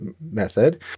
method